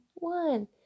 one